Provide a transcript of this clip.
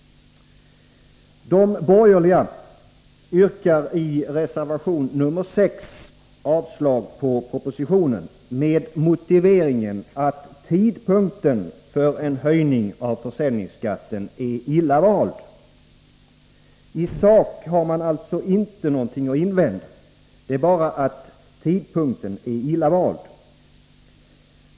De borgerliga yrkar i reservation 6 avslag på propositionen med motiveringen att tidpunkten för en höjning av försäljningsskatten är illa vald. I sak har man alltså ingenting att invända — bara att tidpunkten är illa vald.